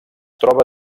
troba